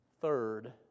Third